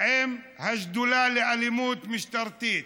עם השדולה נגד אלימות משטרתית.